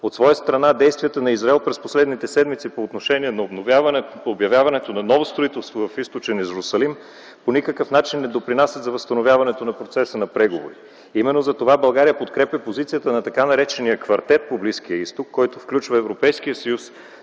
От своя страна действията на Израел през последните седмици по отношение обявяването на ново строителство в Източен Йерусалим по никакъв начин не допринася за възстановяването на процеса на преговорите. Именно затова България подкрепя позицията на така наречения квартет по Близкия Изток, който включва Европейския съюз,